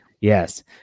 Yes